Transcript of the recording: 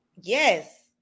Yes